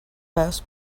pass